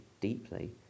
deeply